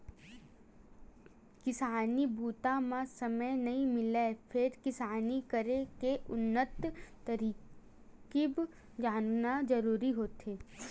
किसानी बूता म समे नइ मिलय फेर किसानी करे के उन्नत तरकीब जानना जरूरी होथे